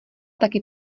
taky